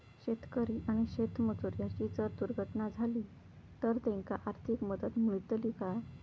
शेतकरी आणि शेतमजूर यांची जर दुर्घटना झाली तर त्यांका आर्थिक मदत मिळतली काय?